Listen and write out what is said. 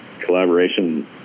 collaboration